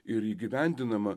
ir įgyvendinama